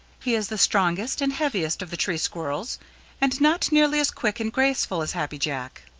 he is the strongest and heaviest of the tree squirrels and not nearly as quick and graceful as happy jack.